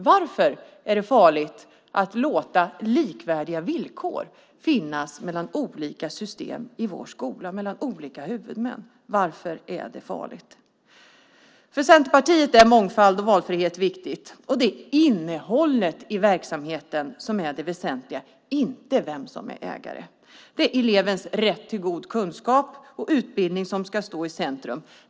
Varför är det farligt att låta likvärdiga villkor finnas mellan olika system och mellan olika huvudmän i vår skola? För Centerpartiet är mångfald och valfrihet viktigt. Det är innehållet i verksamheten som är det väsentliga och inte vem som är ägare. Det är elevens rätt till god kunskap och utbildning som ska stå i centrum.